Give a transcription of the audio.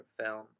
film